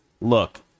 Look